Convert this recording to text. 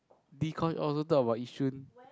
D coin all also talk about Yishun